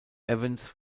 evans